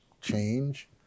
change